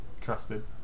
trusted